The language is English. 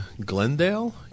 Glendale